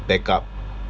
backup